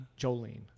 jolene